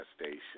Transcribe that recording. station